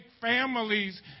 families